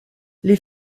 les